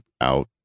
out